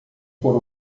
por